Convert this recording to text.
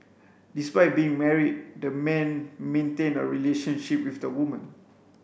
despite being married the man maintained a relationship with the woman